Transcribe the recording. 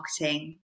marketing